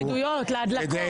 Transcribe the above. אה, לחסידויות, להדלקות.